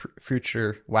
Future